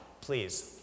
please